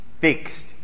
fixed